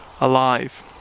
alive